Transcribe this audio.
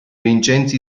vincenzi